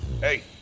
hey